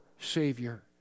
Savior